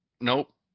Nope